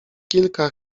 kilka